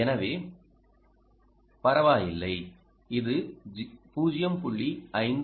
எனவே பரவாயில்லை இது 0